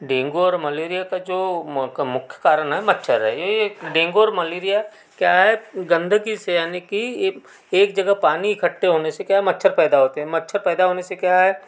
dengue और malaria का जो मुख्य कारण है मच्छर है यह डेंगू और मलेरिया क्या है गंदगी से यानी कि एक जगह पानी इकट्ठे होने से क्या मच्छर पैदा होते हैं मच्छर पैदा होने से क्या है